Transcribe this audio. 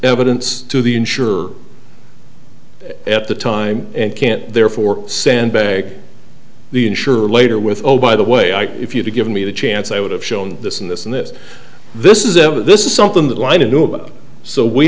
evidence to the insurer at the time and can't therefore sandbag the insurer later with the way i if you to give me the chance i would have shown this and this and this this is a this is something that line and knew about so we